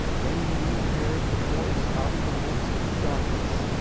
when ye heard the voice out of the midst of the darkness,